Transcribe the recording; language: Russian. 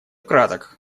краток